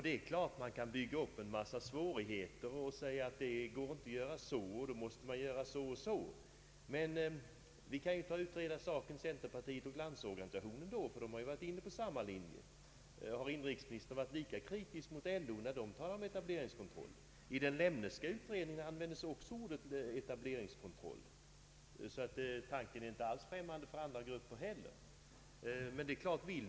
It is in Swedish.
Det är klart att man kan bygga upp en massa svårigheter, men «centerpartiet och Landsorganisationen kan ju utreda saken, ty LO har varit inne på samma linje som vi. Har inrikesministern varit lika kritiskt när LO talat om etableringskontroll? I den Lemneska utredningen användes också ordet etableringskontroll, så tanken är inte alls främmande för andra grupper heller.